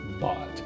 bought